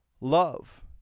love